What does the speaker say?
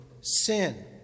sin